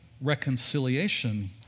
reconciliation